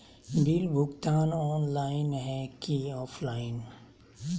Bill भुगतान online है की ऑफलाइन?